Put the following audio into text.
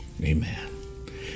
amen